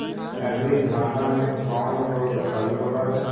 अबरि धाना मे कौन रोग हलो हल?